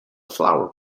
flower